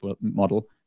model